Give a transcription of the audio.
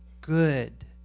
good